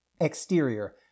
Exterior